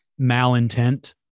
malintent